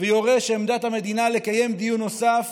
ויורה שעמדת המדינה, לקיים דיון נוסף